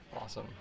awesome